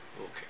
Okay